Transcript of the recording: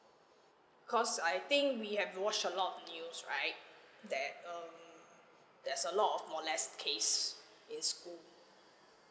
cause I think we have to watch a lot of news right that um there's a lot of molest case in school